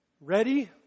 ready